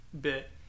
bit